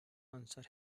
answer